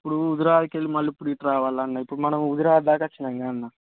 ఇప్పుడు హుజురాబాద్కి వెళ్ళి మళ్ళీ ఇప్పుడు ఇటు రావాలా అన్న ఇప్పుడు మనం హుజురాబాదు దాకా వచ్చినాము కదా అన్న